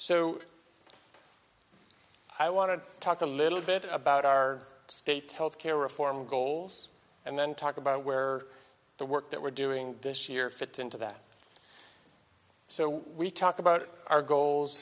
so i want to talk a little bit about our state health care reform goals and then talk about where the work that we're doing this year fit into that so we talked about our goals